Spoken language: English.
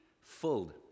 filled